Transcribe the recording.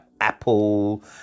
Apple